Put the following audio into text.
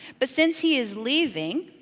but since he is leaving,